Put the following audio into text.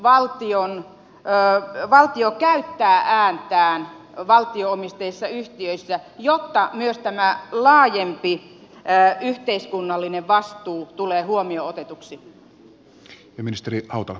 miten valtio käyttää ääntään valtio omisteisissa yhtiöissä jotta myös tämä laajempi yhteiskunnallinen vastuu tulee huomioon otetuksi